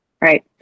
Right